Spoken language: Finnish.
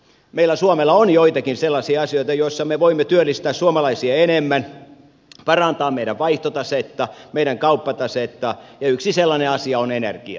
meillä suomessa on joitakin sellaisia asioita joissa me voimme työllistää suomalaisia enemmän parantaa meidän vaihtotasettamme meidän kauppatasettamme ja yksi sellainen asia on energia